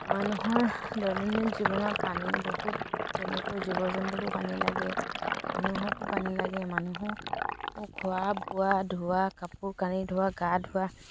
মানুহৰ দৈনন্দিন জীৱনত পানী বহুত যেনেকৈ জীৱ জন্তুকো পানী লাগে মানুহকো পানী লাগে মানুহো খোৱা বোৱা ধোৱা কাপোৰ কানি ধোৱা গা ধোৱা